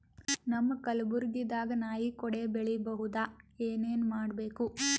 ನಮ್ಮ ಕಲಬುರ್ಗಿ ದಾಗ ನಾಯಿ ಕೊಡೆ ಬೆಳಿ ಬಹುದಾ, ಏನ ಏನ್ ಮಾಡಬೇಕು?